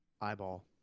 Eyeball